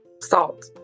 salt